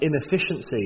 inefficiency